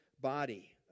body